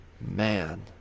Man